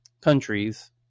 countries